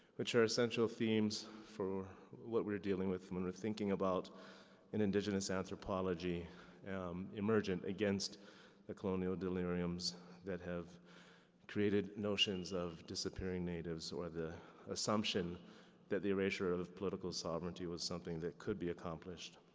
which are essential themes for what we are dealing with. and when we're thinking about in indigenous anthropology emergent against the colonial deliriums that have created notions of disappearing natives or the assumption that the erasure of of political sovereignty was something that could be accomplished.